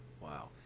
Wow